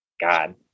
God